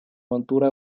montura